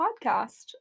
podcast